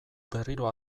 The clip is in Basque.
berriro